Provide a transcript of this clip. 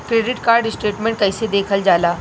Credit card statement कइसे देखल जाला?